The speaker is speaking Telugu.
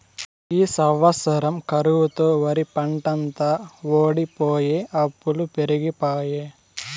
ఈ సంవత్సరం కరువుతో ఒరిపంటంతా వోడిపోయె అప్పులు పెరిగిపాయె